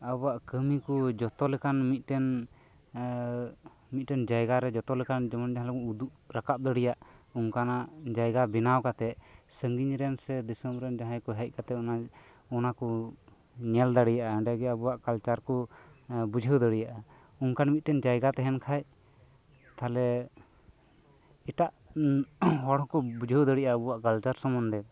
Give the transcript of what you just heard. ᱟᱵᱚᱣᱟᱜ ᱠᱟᱹᱢᱤ ᱠᱚ ᱡᱚᱛᱚ ᱞᱮᱠᱟᱱ ᱢᱤᱫᱴᱮᱱ ᱢᱤᱫᱴᱮᱱ ᱡᱟᱭᱜᱟᱨᱮ ᱡᱚᱛᱚ ᱞᱮᱠᱟᱱ ᱡᱩᱢᱤᱫ ᱫᱟᱲᱮ ᱵᱚᱱ ᱩᱫᱩᱜ ᱨᱟᱠᱟᱵ ᱫᱟᱲᱮᱭᱟᱜ ᱚᱱᱠᱟᱱᱟᱜ ᱡᱟᱭᱜᱟ ᱵᱮᱱᱟᱣ ᱠᱟᱛᱮᱫ ᱥᱟᱸᱜᱤᱧ ᱨᱮᱱ ᱥᱮ ᱫᱤᱥᱚᱢ ᱨᱮᱱ ᱡᱟᱦᱟᱸᱭ ᱠᱚ ᱦᱮᱡ ᱠᱟᱛᱮ ᱚᱱᱟ ᱠᱚ ᱧᱮᱞ ᱫᱟᱲᱮᱭᱟᱜᱼᱟ ᱚᱸᱰᱮᱜᱮ ᱟᱵᱚᱣᱟᱜ ᱠᱟᱞᱪᱟᱨ ᱠᱚ ᱵᱩᱡᱷᱟᱹᱣ ᱫᱟᱲᱮᱭᱟᱜᱼᱟ ᱚᱱᱠᱟᱱ ᱢᱤᱫ ᱴᱮᱱ ᱡᱟᱭᱜᱟ ᱛᱟᱦᱮᱱ ᱠᱷᱟᱱ ᱛᱟᱞᱦᱮ ᱮᱴᱟᱜ ᱦᱚᱲ ᱦᱚᱸᱠᱚ ᱵᱩᱡᱷᱟᱹᱣ ᱫᱟᱲᱮᱭᱟᱜᱼᱟ ᱟᱵᱚᱣᱟᱜ ᱠᱟᱞᱪᱟᱨ ᱥᱚᱢᱢᱚᱱᱫᱷᱮ